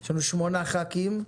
יש לנו שמונה חברי כנסת,